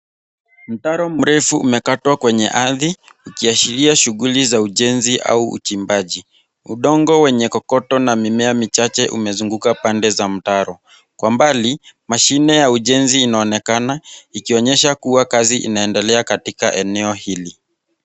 Mtaro mrefu umekatwa kwenye ardhi ikiashiria shughuli za ujenzi au uchimbaji. Udongo wenye kokoto na mimea michache umezunguka pande za mtaro. Kwa mbali, mashine ya ujenzi inaonekana ikionyesha kuwa kazi inaendelea katika eneo hili.